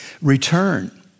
Return